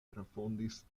refondis